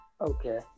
Okay